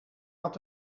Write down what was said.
had